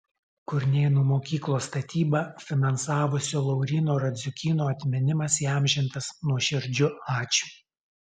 kurnėnų mokyklos statybą finansavusio lauryno radziukyno atminimas įamžintas nuoširdžiu ačiū